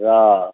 र